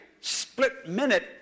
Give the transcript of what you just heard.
split-minute